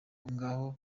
ngaho